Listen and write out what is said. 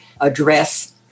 address